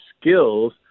skills